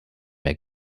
mehr